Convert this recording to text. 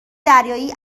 دریایی